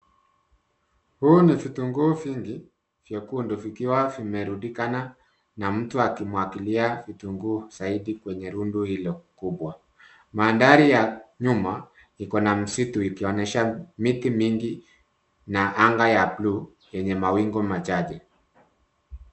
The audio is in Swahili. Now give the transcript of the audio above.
Huu ni vitunguu vingi vyekundu vikiwa vimerundikana na mtu akimwagilia vitunguu zaidi kwenye rundo hilo kubwa. Mandhari ya nyuma iko na msitu ikionyesha miti mingi na anga ya bluu yenye mawingu machache.